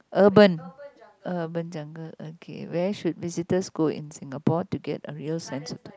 urban urban jungle okay where should visitors go in Singapore to get a real sense of